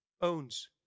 owns